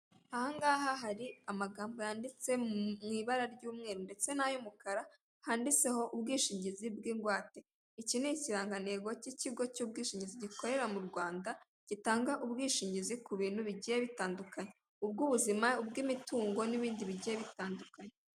Aha ngaha hari amagambo yanditse mu ibara ry'umweru ndetse n'ay'umukara handitseho ubwishingizi bw'ingwate. Iki ni ikirangantego k'ikigo cy'ubwishingizi gikorera mu Rwanda, gitanga ubwishingizi ku bintu bigiye bitandukanye, ubw'ubuzima, ubw'imitungo n'ibindi bintu bigiye bitandukanye.